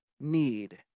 need